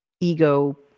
ego